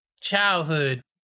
childhood